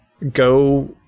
Go